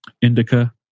indica